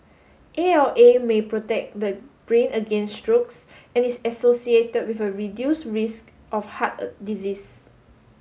A L A may protect the brain against strokes and is associated with a reduce risk of heart a disease